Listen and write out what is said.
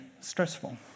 stressful